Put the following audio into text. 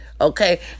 Okay